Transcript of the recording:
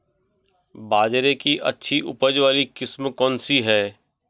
बाजरे की अच्छी उपज वाली किस्म कौनसी है?